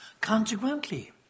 Consequently